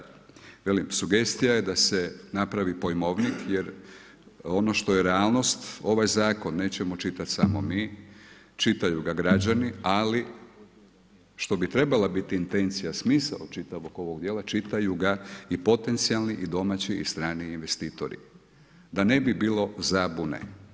Velim sugestija je da se napravi pojmovnik jer ono što je realnost ovaj zakon nećemo čitati samo mi, čitaju ga građani, ali što bi trebala biti intencija, smisao čitavog ovog dijela čitaju ga i potencijalni i domaći i strani investitori da ne bi bilo zabune.